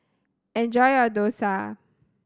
enjoy your Dosa